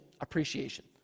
appreciation